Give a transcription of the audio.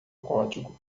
código